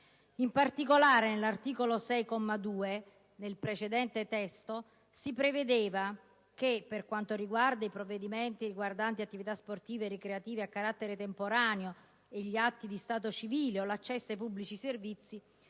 In particolare, il citato articolo 6, comma 2, nel precedente testo, prevedeva che, per quanto concerne i provvedimenti riguardanti attività sportive e ricreative a carattere temporaneo e gli atti di stato civile o l'accesso ai pubblici servizi,